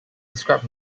described